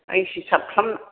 हिसाब खालाम